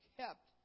kept